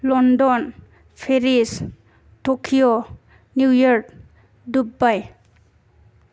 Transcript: London Paris Tokyo New York Dubai